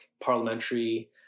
parliamentary